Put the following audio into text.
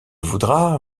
voudra